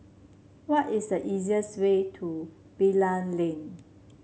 what is the easiest way to Bilal Lane